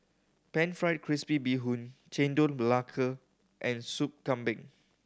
Pan Fried Crispy Bee Hoon Chendol Melaka and Soup Kambing